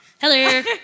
hello